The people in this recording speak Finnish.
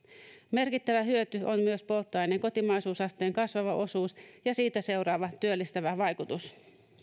merkittävä hyöty on myös polttoaineen kotimaisuusasteen kasvava osuus ja siitä seuraava työllistävä vaikutus